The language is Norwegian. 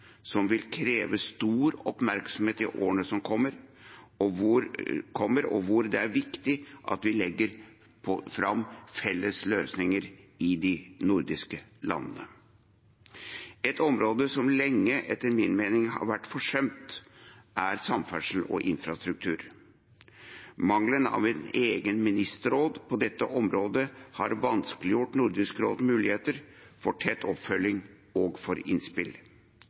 som vil kreve stor oppmerksomhet i årene som kommer, og hvor det er viktig at vi legger fram felles løsninger i de nordiske landene. Et område som etter min mening lenge har vært forsømt, er samferdsel og infrastruktur. Mangelen på et eget ministerråd på dette området har vanskeliggjort Nordisk råds muligheter for tett oppfølging og innspill.